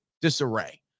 disarray